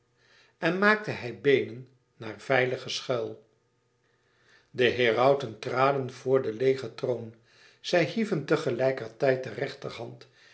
en maakte hij beenen naar veiligen schuil de herauten traden voor den leêgen troon zij hieven te gelijker tijd de rechterhand